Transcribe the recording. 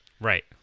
Right